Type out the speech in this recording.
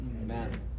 Amen